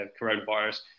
coronavirus